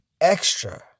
extra